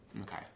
Okay